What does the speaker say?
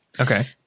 Okay